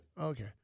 Okay